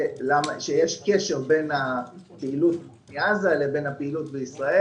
שיש קשר בין הפעילות בעזה ובין הפעילות בישראל.